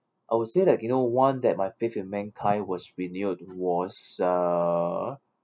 I would say that you know one that my faith in mankind was renewed was uh